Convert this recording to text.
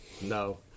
No